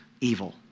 evil